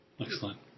Excellent